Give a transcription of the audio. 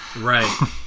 right